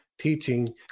teaching